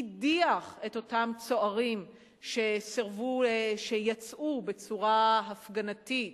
הדיח את אותם צוערים שיצאו בצורה הפגנתית